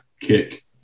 kick